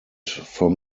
from